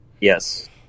yes